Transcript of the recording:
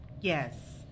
yes